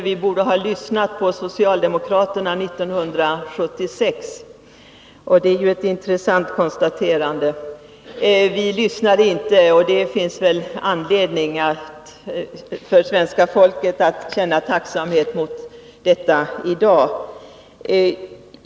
Herr talman! Birgitta Dahl säger att vi borde ha lyssnat till socialdemokraterna 1976. Vilyssnade inte, och det finns väl anledning för svenska folket att i dag känna tacksamhet för detta.